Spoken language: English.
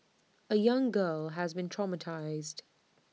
A young girl has been traumatised